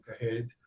ahead